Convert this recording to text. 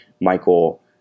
Michael